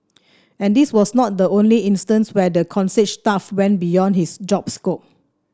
and this was not the only instance where the concierge staff went beyond his job scope